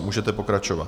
Můžete pokračovat.